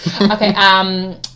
Okay